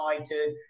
excited